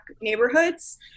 neighborhoods